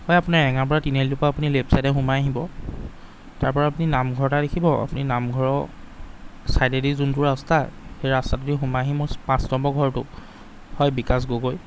হয় আপোনাৰ এঙাৰপৰা তিনি আলিটোৰ পৰা আপুনি লেফ্ট ছাইডে সোমাই আহিব তাৰপৰা আপুনি নাম ঘৰ এটা দেখিব আপুনি নামঘৰৰ ছাইডেদি যোনটো ৰাস্তা সেই ৰাস্তাটোৱেদি সোমাই আহি মোৰ পাঁচ নম্বৰৰ ঘৰটো হয় বিকাশ গগৈ